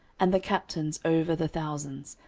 and the captains over the thousands,